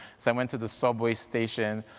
so i went to the subway station,